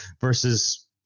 versus